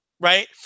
right